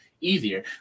easier